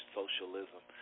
socialism